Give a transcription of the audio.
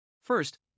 First